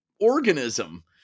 organism